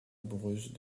amoureuse